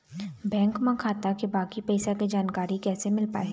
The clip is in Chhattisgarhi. बैंक म खाता के बाकी पैसा के जानकारी कैसे मिल पाही?